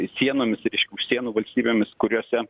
sienomis reiškia už sienų valstybėmis kuriose